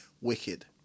wicked